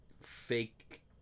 fake